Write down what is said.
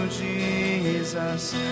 Jesus